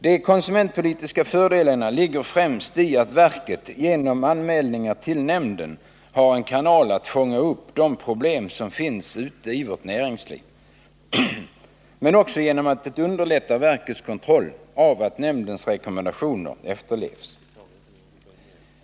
De konsumentpolitiska fördelarna ligger främst i att verket genom anmälningarna till nämnden har en kanal att fånga upp de problem som finns ute i vårt näringsliv, men också i att man underlättar verkets kontroll av att nämndens rekommendationer efterlevs.